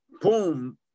boom